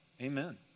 Amen